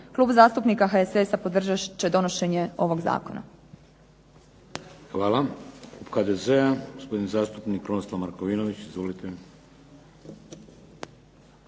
Klub zastupnika HSS-a podržat će donošenje ovog zakona.